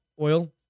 oil